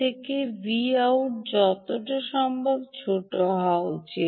থেকে Vout যতটা সম্ভব ছোট হওয়া উচিত